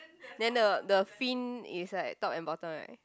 then the the fin is like top and bottom right